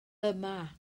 yma